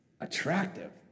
attractive